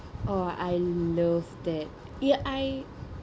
oh I love that ya I